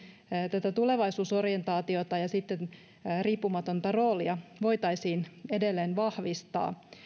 tätä tulevaisuusorientaatiota ja riippumatonta roolia voitaisiin edelleen vahvistaa